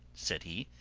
said he.